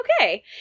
okay